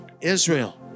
Israel